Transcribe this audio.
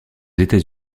états